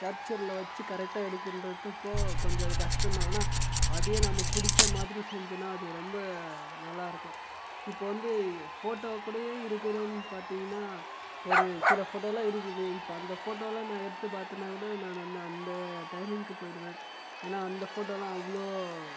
கேப்ச்சரில் வச்சு கரெக்டாக எடுக்குங்றதுப் போது கொஞ்சம் அது கஷ்டந்தான் ஆனால் அதே நம்ம பிடிச்ச மாதிரி செஞ்சேன்னால் அது ரொம்ப நல்லா இருக்கும் இப்போது வந்து ஃபோட்டோ கூடயே இருக்கிறேன்னு பார்த்தீங்கன்னா ஒரு சில ஃபோட்டோயெல்லாம் இருக்குது இப்போ அந்த ஃபோட்டோயெல்லாம் நான் எடுத்து பார்த்தோன்னாக்கூட நான் வந்து அந்த டைமிங்க்கு போய்விடுவேன் ஏன்னால் அந்த ஃபோட்டோயெல்லாம் அவ்வளோ